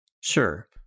Sure